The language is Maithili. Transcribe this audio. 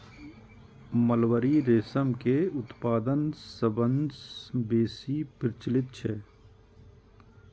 मलबरी रेशम के उत्पादन सबसं बेसी प्रचलित छै